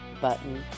button